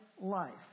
life